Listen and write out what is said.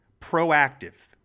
Proactive